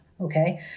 okay